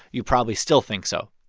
you probably still think so.